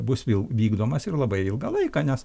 bus vėl vykdomas ir labai ilgą laiką nes